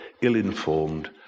ill-informed